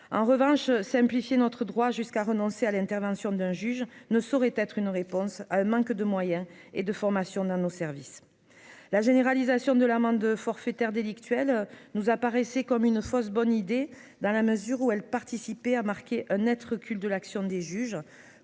en revanche simplifier notre droit jusqu'à renoncer à l'intervention d'un juge ne saurait être une réponse : manque de moyens et de formation d'un au service, la généralisation de l'amende forfaitaire délictuelle nous apparaissait comme une fausse bonne idée, dans la mesure où elle participait à marquer un Net recul de l'action des juges